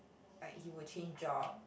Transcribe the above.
like he would change job